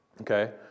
Okay